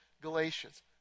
Galatians